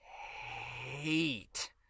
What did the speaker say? hate